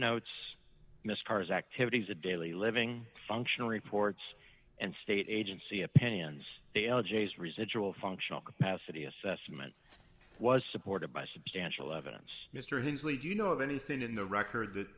notes miss carr's activities of daily living functional reports and state agency opinions the l g s residual functional capacity assessment was supported by substantial evidence mr hinckley you know of anything in the record that